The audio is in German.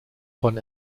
von